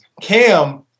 Cam